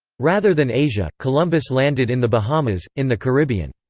rather than asia, columbus landed in the bahamas, in the caribbean.